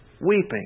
weeping